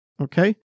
okay